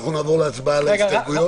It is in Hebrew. אנחנו נעבור להצבעה על ההסתייגויות.